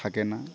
থাকে না